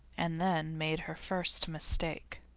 and then made her first mistake.